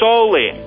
Solely